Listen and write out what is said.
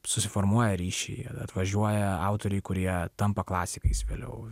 susiformuoja ryšiai atvažiuoja autoriai kurie tampa klasikais vėliau